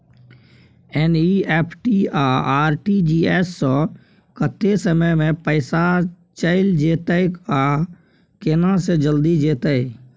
NEFT आ RTGS स कत्ते समय म पैसा चैल जेतै आ केना से जल्दी जेतै?